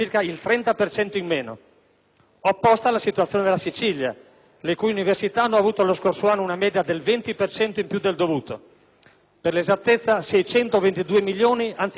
Opposta è la situazione della Sicilia, le cui università hanno avuto, lo scorso anno, una media del 20 per cento in più del dovuto, per l'esattezza 622 milioni anziché 496.